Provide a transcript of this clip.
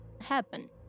happen